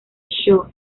shaw